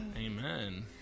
Amen